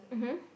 mmhmm